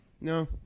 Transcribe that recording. No